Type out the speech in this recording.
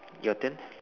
your turn